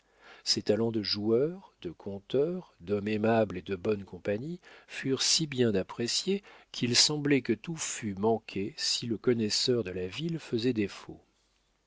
ses talents de joueur de conteur d'homme aimable et de bonne compagnie furent si bien appréciés qu'il semblait que tout fût manqué si le connaisseur de la ville faisait défaut